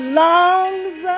lungs